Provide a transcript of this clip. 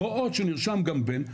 רואות שנרשם גם בן,